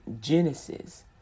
Genesis